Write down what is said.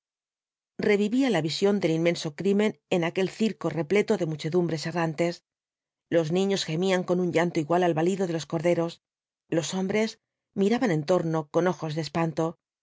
revivía la visión del inmenso crimen en aquel circo repleto de muchedumbres errantes los niños gemían con un llanto igual al balido de los corderos los hombres miraban en torno con ojos de espanto